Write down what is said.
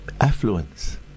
affluence